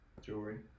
Jewelry